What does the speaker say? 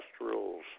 rules